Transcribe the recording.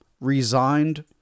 resigned